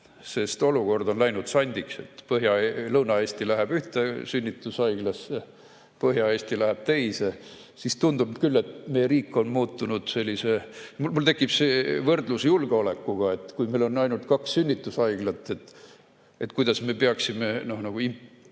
sest olukord on läinud sandiks. Kui Lõuna-Eesti läheb ühte sünnitushaiglasse, Põhja-Eesti läheb teise, siis tundub küll, et meie riik on muutunud selliseks ... Mul tekib see võrdlus julgeolekuga, et kui meil on ainult kaks sünnitushaiglat, siis kuidas me peaksime